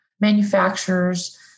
manufacturers